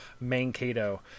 Mankato